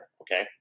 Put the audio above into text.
okay